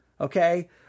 Okay